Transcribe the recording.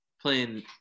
playing